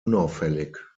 unauffällig